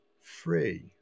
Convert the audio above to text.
free